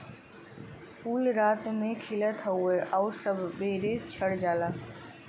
फूल रात में खिलत हउवे आउर सबेरे झड़ जाला